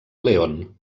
león